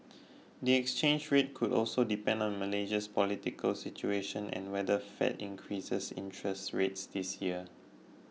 the exchange rate could also depend on Malaysia's political situation and whether Fed increases interest rates this year